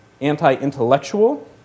anti-intellectual